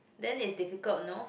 then it's difficult no